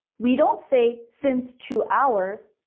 we don't say since two hours.